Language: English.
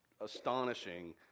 astonishing